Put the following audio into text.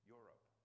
Europe